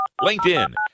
LinkedIn